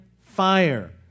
fire